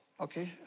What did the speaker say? Okay